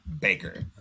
Baker